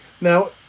now